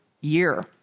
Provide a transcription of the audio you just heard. year